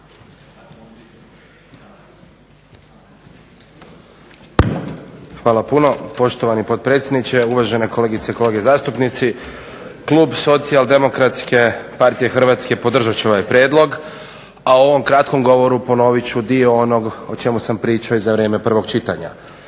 Hvala puno poštovani potpredsjedniče, uvažene kolegice i kolege zastupnici. Klub SDP-a podržat će ovaj prijedlog, a u ovom kratkom govoru ponovit ću dio onog o čemu sam pričao i za vrijeme prvog čitanja.